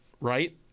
right